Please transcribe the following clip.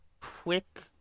quick